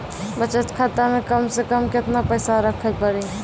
बचत खाता मे कम से कम केतना पैसा रखे पड़ी?